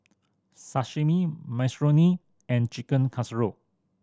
Sashimi Minestrone and Chicken Casserole